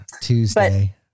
Tuesday